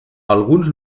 alguns